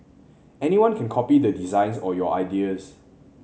anyone can copy the designs or your ideas